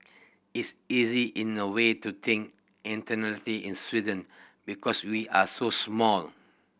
it's easy in a way to think internationally in Sweden because we are so small